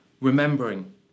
remembering